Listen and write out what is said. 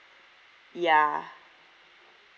ya